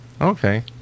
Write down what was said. okay